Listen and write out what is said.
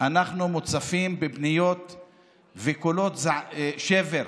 אנחנו מוצפים בפניות ובקולות שבר: